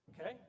Okay